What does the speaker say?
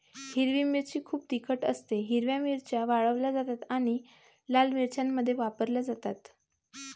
हिरवी मिरची खूप तिखट असतेः हिरव्या मिरच्या वाळवल्या जातात आणि लाल मिरच्यांमध्ये वापरल्या जातात